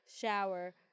shower